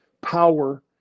power